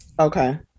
Okay